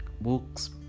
books